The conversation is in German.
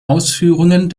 ausführungen